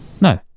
No